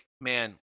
man